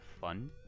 fun